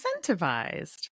incentivized